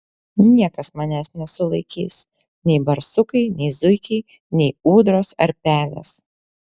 niekas manęs nesulaikys nei barsukai nei zuikiai nei ūdros ar pelės